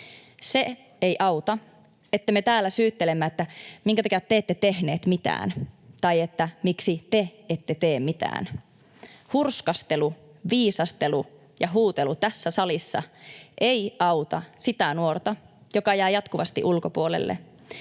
Se ei auta, että me täällä syyttelemme, minkä takia te ette tehneet mitään tai miksi te ette tee mitään. Hurskastelu, viisastelu ja huutelu tässä salissa eivät auta sitä nuorta, joka jää jatkuvasti ulkopuolelle,